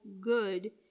good